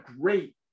great